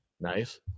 nice